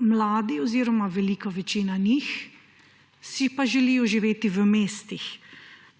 mladi oziroma velika večina njih si pa želijo živeti v mestih.